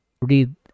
read